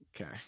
Okay